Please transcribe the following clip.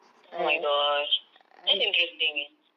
oh my gosh that's interesting eh